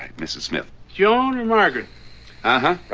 mrs. smith you're and and margaret ah